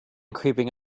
creeping